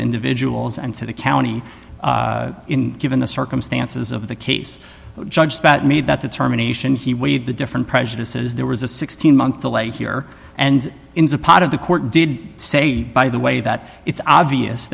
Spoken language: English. individuals and to the county given the circumstances of the case judge that made that determination he weighed the different prejudices there was a sixteen month delay here and in the part of the court did say by the way that it's obvious